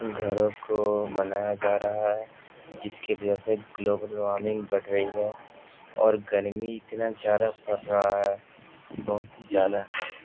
گھروں کو بنایا جا رہا ہے جس کی وجہ سے گلوبل وارمنگ بڑھ رہی ہے اور گرمی اتنا زیادہ بڑھ رہا ہے بہت ہی زیادہ